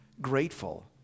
grateful